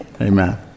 Amen